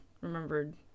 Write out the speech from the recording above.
remembered